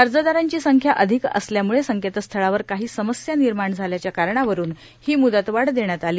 अर्जदारांची संख्या अधिक असल्यामुळे संकेतस्थळावर काही समस्या निर्माण झाल्याच्या कारणावरून ही म्दतवाढ देण्यात आली